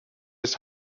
his